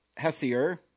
Hessier